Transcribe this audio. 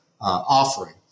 offering